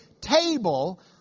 table